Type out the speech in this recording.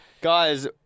Guys